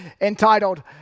entitled